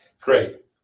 Great